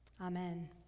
Amen